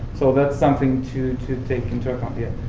so that's something to to take into account here.